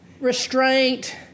restraint